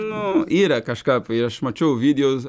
nu yra kažką ir aš mačiau ovidijaus